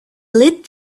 lit